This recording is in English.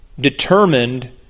determined